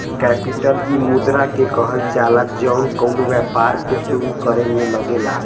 capital इ मुद्रा के कहल जाला जौन कउनो व्यापार के सुरू करे मे लगेला